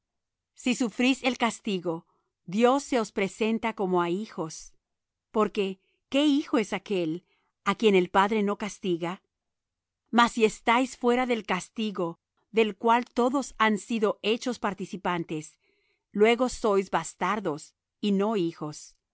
si sufrís el castigo dios se os presenta como á hijos porque qué hijo es aquel á quien el padre no castiga mas si estáis fuera del castigo del cual todos han sido hechos participantes luego sois bastardos y no hijos